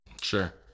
Sure